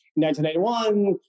1981